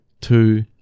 two